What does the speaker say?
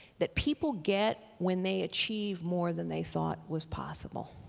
that people get when they achieve more than they thought was possible.